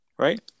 Right